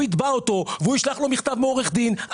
יתבע אותו והוא ישלח לו מכתב מעורך דין.